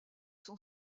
son